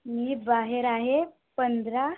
मी बाहेर आहे पंधरा